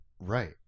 Right